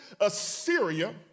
Assyria